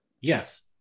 Yes